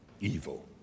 evil